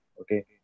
Okay